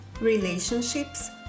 relationships